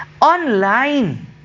Online